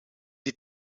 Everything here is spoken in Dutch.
die